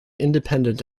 independent